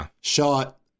shot